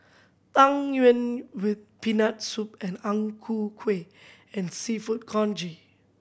Tang Yuen with Peanut Soup and Ang Ku Kueh and Seafood Congee